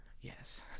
Yes